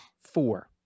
four